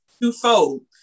twofold